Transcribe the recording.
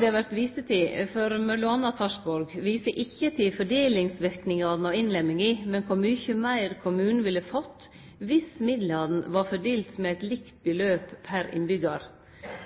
det vert vist til, for mellom andre Sarpsborg, viser ikkje til fordelingsverknadene av innlemminga, men kor mykje meir kommunen ville fått viss midlane var fordelte med eit likt beløp pr. innbyggjar.